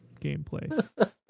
gameplay